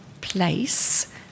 place